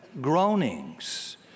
groanings